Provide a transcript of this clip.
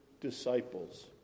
disciples